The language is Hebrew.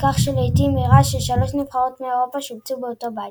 כך שלעיתים אירע ששלוש נבחרות מאירופה שובצו באותו בית.